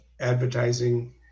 advertising